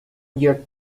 year